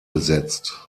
besetzt